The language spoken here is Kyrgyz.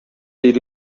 ири